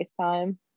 FaceTime